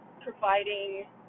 providing